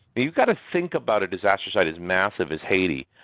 you've got to think about a disaster site as massive as haiti.